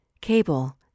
cable